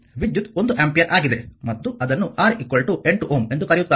ವಿದ್ಯುತ್ ಒಂದು ಆಂಪಿಯರ್ ಆಗಿದೆ ಮತ್ತು ಅದನ್ನು R 8ಎಂದು ಕರೆಯುತ್ತಾರೆ